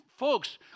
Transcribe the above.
Folks